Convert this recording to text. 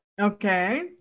Okay